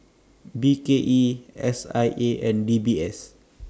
B K E S I A and D B S